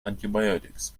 antibiotics